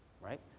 right